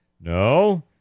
no